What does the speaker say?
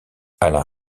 alain